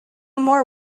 more